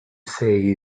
say